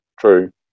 true